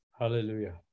Hallelujah